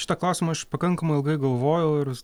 šitą klausimą aš pakankamai ilgai galvojau ir